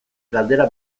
galdera